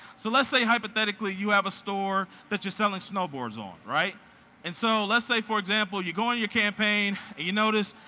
so let's say, hypothetically you have a store that you're selling snowboards on. and so let's say, for example, you go into your campaign and you notice,